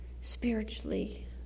Spiritually